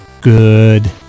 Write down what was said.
good